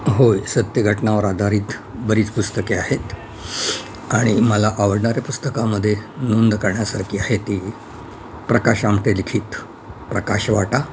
होय सत्य घटनावर आधारित बरीच पुस्तके आहेत आणि मला आवडणाऱ्या पुस्तकामध्ये नोंद करण्यासारखी आहे ती प्रकाश आमटे लिखित प्रकाश वाटा